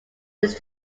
leads